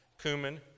cumin